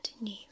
new